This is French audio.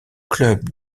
club